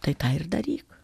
tai tą ir daryk